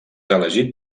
elegit